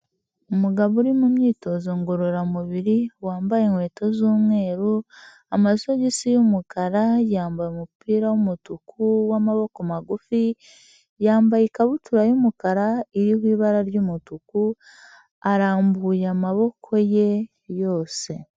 Umugabo uri mu myitozo ngororamubiri wambaye inkweto z'umweru, amasogisi y'umukara, yambaye umupira w'umutuku wamaboko magufi, yambaye ikabutura y'umukara iriho ibara ry'umutuku arambuye amaboko ye yose.